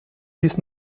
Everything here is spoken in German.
dies